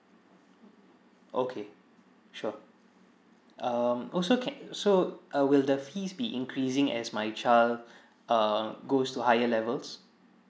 okay sure um also can uh so uh will the fees be increasing as my child err goes to higher levels